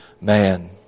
man